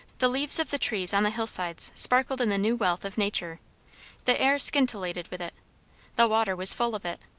the leaves of the trees on the hill-sides sparkled in the new wealth of nature the air scintillated with it the water was full of it.